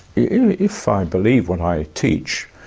if i believe what i teach,